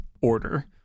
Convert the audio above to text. order